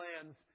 plans